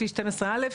לפי 12(א),